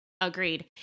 agreed